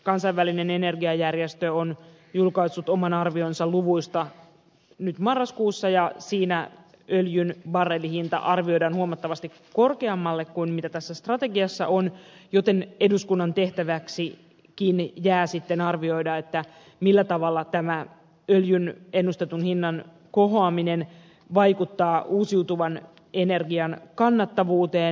kansainvälinen energiajärjestö on julkaissut oman arvionsa luvuista nyt marraskuussa ja siinä öljyn barrelihinta arvioidaan huomattavasti korkeammalle kuin mitä tässä strategiassa on joten eduskunnan tehtäväksikin jää sitten arvioida millä tavalla tämä öljyn ennustetun hinnan kohoaminen vaikuttaa uusiutuvan energian kannattavuuteen